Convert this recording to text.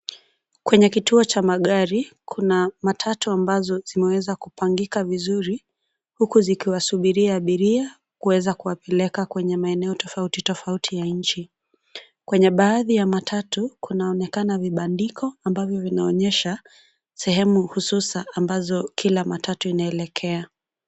Kwenye kituo cha magari kuna matatu ambazo zimeweza kupanginga vizuri huku zikiwasubiri abiria kuweza kuwapeleka kwenye maeneo tofauti, tofauti ya nchi. Kwenye baadhi ya matatu, kunaonekana vibandiko ambavyo vinaonesha sehemu hususa ambazo kila matatu inaelekea.